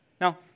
Now